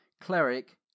Cleric